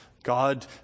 God